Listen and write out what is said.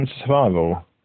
survival